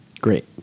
Great